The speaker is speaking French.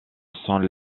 sont